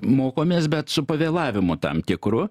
mokomės bet su pavėlavimu tam tikru